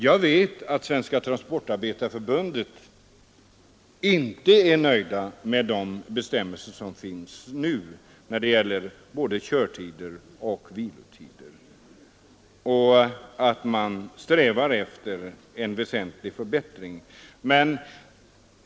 Jag vet att Svenska transportarbetareförbundet inte är nöjt med de bestämmelser som finns för körtider och vilotider utan strävar efter att få till stånd en väsentlig förbättring.